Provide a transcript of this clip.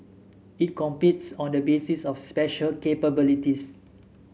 it competes on the basis of special capabilities